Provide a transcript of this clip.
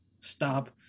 stop